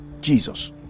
jesus